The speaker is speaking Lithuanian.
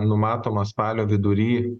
numatoma spalio vidury